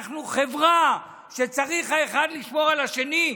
אנחנו חברה שבה צריך האחד לשמור על השני.